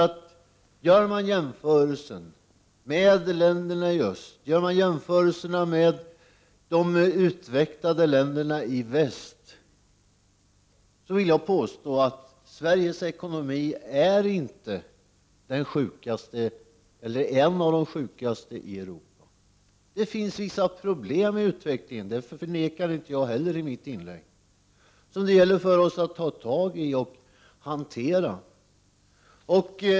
Efter en jämförelse med länderna i öst och med de utvecklade länderna i väst vill jag påstå att Sveriges ekonomi inte är en av de sjukaste i Europa. Det finns vissa problem i utvecklingen — det förnekade inte heller jag i mitt inlägg — som det gäller för oss att ta tag i och hantera.